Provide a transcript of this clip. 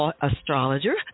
astrologer